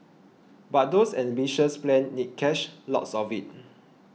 but those ambitious plans need cash lots of it